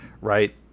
right